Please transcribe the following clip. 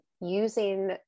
using